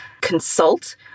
consult